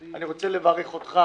אני רוצה לברך אותך,